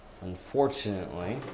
Unfortunately